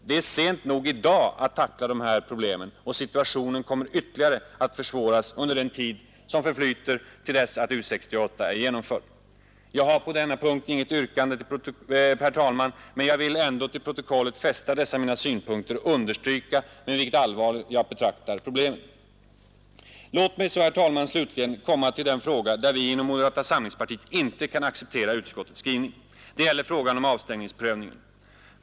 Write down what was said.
Det är sent nog i dag att tackla de här problemen, och situationen kommer ytterligare att försvåras under den tid som förflyter till dess att U 68 är genomförd. Jag har på denna punkt inget yrkande, herr talman, men jag vill ändå till protokollet fästa dessa mina synpunkter och understryka med vilket allvar jag betraktar problemen. Låt mig så, herr talman, slutligen komma till den fråga där vi inom 28 moderata samlingspartiet inte kan acceptera utskottets skrivning. Det gäller frågan om avstängningsprövningen.